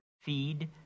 feed